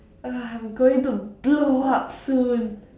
I'm going to blow up soon